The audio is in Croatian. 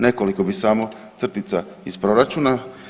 Nekoliko bih samo crtica iz proračuna.